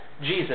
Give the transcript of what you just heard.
Jesus